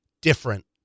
different